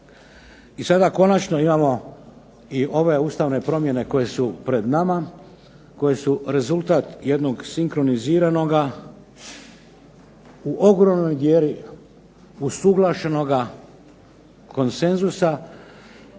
I sada konačno imamo i ove ustavne promjene koje su pred nama, koje su rezultat jednog sinkroniziranoga u ogromnoj vjeri usuglašenoga konsenzusa